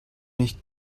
nicht